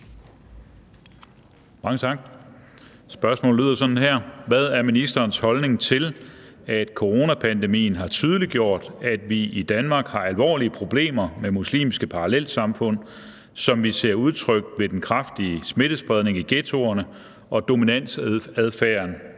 Hvad er ministerens holdning til, at coronapandemien har tydeliggjort, at vi i Danmark har alvorlige problemer med muslimske parallelsamfund, som vi ser udtrykt ved den kraftige smittespredning i ghettoerne og dominansadfærden